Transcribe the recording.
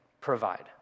provide